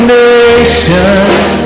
nations